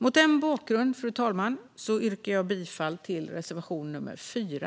Mot denna bakgrund, fru talman, yrkar jag bifall till reservation 4.